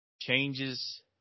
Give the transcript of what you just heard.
changes